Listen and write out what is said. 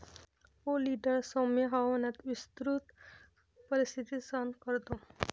oleander सौम्य हवामानात विस्तृत परिस्थिती सहन करतो